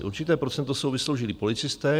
Určité procento jsou vysloužilí policisté.